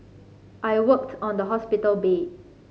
I worked on the hospital bed